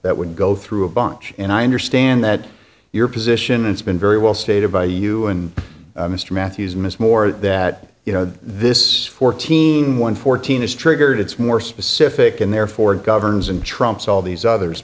that would go through a bunch and i understand that your position it's been very well stated by you and mr matthews ms moore that you know this fourteen one fourteen is triggered it's more specific and therefore governs and trumps all these others